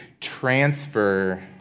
transfer